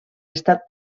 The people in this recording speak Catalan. estat